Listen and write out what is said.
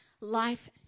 life